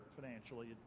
financially